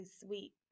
sweet